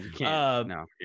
no